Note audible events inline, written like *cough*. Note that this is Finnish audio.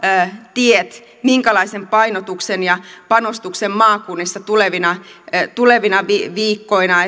tiet minkälaisen painotuksen ja panostuksen maakunnissa tulevina tulevina viikkoina *unintelligible*